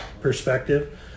perspective